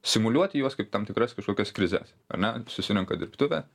simuliuoti juos kaip tam tikras kažkokios krizes ar ne susirenka dirbtuvė